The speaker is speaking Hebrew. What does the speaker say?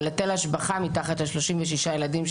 על היטל השבחה מתחת לשלושים ושישה ילדים,